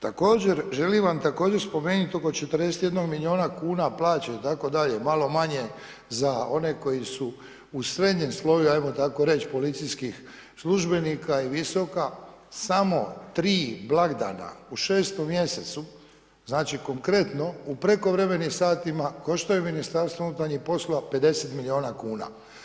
Također želim vam također spomenuti oko 41 milijun kuna plaće itd., malo manje za one koji su u srednjem sloju hajmo tako reći policijskih službenika je visoka samo tri blagdana u šestom mjesecu, znači konkretno u prekovremenim satima koštaju Ministarstvo unutarnjih poslova 50 milijuna kuna.